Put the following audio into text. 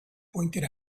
pointed